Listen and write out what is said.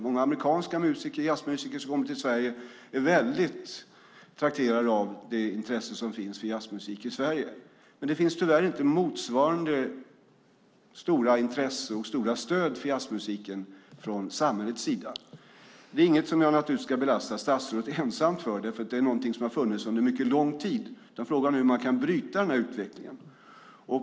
Många amerikanska jazzmusiker som kommer till Sverige är väldigt trakterade av det intresse som finns för jazzmusik här. Men det finns tyvärr inte motsvarande stora intresse och stöd för jazzmusiken från samhällets sida. Det är naturligtvis inget som jag ska belasta statsrådet ensamt för eftersom det är något som har funnits under mycket lång tid. Frågan är hur man kan bryta utvecklingen.